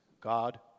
God